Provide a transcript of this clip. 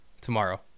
tomorrow